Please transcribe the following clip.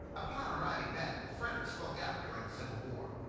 upon arriving back frederick spoke out during the civil war.